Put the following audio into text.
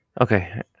Okay